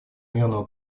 мирного